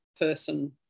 person